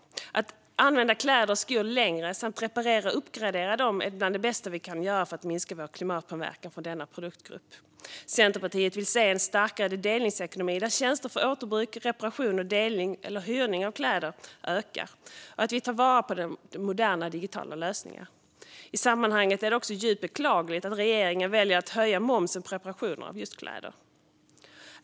Att använda kläder och skor längre samt reparera och uppgradera dem är bland det bästa vi kan göra för att minska vår klimatpåverkan från denna produktgrupp. Centerpartiet vill se en starkare delningsekonomi där tjänster för återbruk, reparation och delning eller hyrning av kläder ökar och att vi tar vara på de moderna digitala lösningarna. I sammanhanget är det också djupt beklagligt att regeringen väljer att höja momsen på reparationer av just kläder.